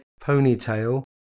ponytail